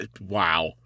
wow